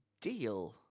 Deal